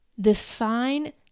define